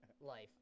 life